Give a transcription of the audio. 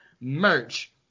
merch